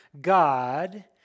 God